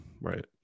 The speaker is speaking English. right